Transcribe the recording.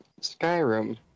Skyrim